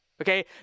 okay